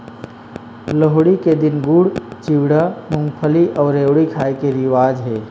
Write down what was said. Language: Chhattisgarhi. लोहड़ी के दिन गुड़, चिवड़ा, मूंगफली अउ रेवड़ी खाए के रिवाज हे